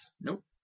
Nope